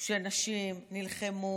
שאנשים נלחמו,